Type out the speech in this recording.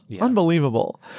Unbelievable